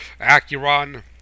Acuron